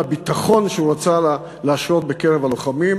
לביטחון שהוא רצה להשרות בקרב הלוחמים.